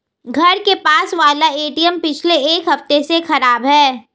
घर के पास वाला एटीएम पिछले एक हफ्ते से खराब है